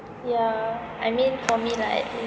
yeah I mean for me likely